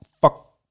fuck